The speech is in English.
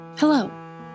Hello